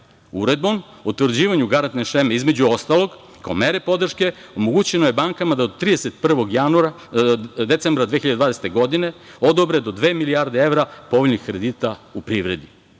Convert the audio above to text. Uredbom o utvrđivanju garantne šeme, između ostalog, kao mera podrške omogućeno je bankama da od 31. decembra 2020. godine odobre do dve milijarde evra povoljnih kredita u privredi. Imajući